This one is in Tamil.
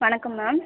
வணக்கம் மேம்